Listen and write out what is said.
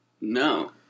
no